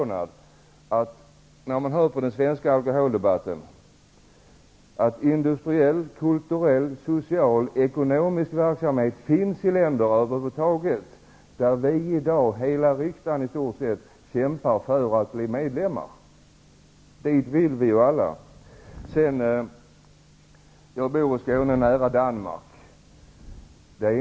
När man hör på den svenska alkoholdebatten blir man förvånad över att industriell, kulturell, social eller ekonomisk verksamhet över huvud taget förekommer i länderna i EG, där i stort sett hela riksdagen i dag kämpar för att bli medlemmar -- dit vill vi ju alla. Jag bor i Skåne nära Danmark.